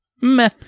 meh